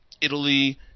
italy